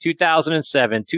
2007